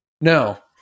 No